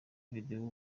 video